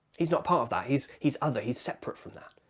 he's not part of that, he's he's other. he's separate from that,